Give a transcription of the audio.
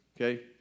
okay